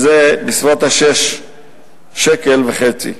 בסביבות 6.5 שקלים.